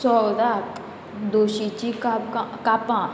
सोवराक दोशीचीं काप कापां